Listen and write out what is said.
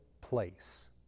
place